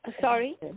Sorry